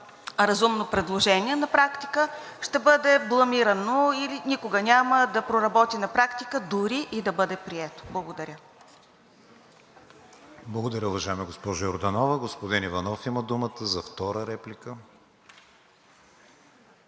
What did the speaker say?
разумно предложение на практика ще бъде бламирано или никога няма да проработи на практика, дори и да бъде прието. Благодаря. ПРЕДСЕДАТЕЛ КРИСТИАН ВИГЕНИН: Благодаря, уважаема госпожо Йорданова. Господин Иванов има думата за втора реплика.